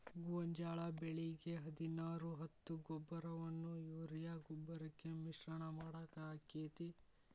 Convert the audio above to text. ಗೋಂಜಾಳ ಬೆಳಿಗೆ ಹದಿನಾರು ಹತ್ತು ಗೊಬ್ಬರವನ್ನು ಯೂರಿಯಾ ಗೊಬ್ಬರಕ್ಕೆ ಮಿಶ್ರಣ ಮಾಡಾಕ ಆಕ್ಕೆತಿ?